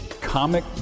comic